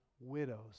widows